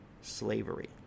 slavery